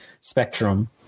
spectrum